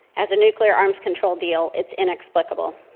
as a nuclear arms control deal, it's inexplicable.